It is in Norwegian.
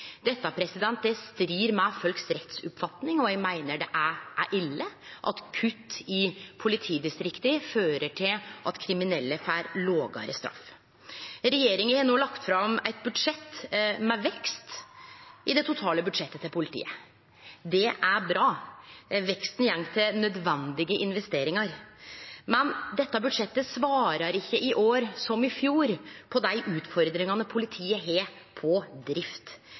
Dette strir mot folks rettsoppfatning, og eg meiner det er ille at kutt i politidistrikta fører til at kriminelle får lågare straff. Regjeringa har no lagt fram eit budsjett med vekst i det totale budsjettet til politiet. Det er bra. Veksten går til nødvendige investeringar. Men dette budsjettet svarar ikkje i år som i fjor på dei utfordringane politiet har når det gjeld drift.